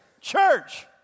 Church